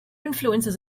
influences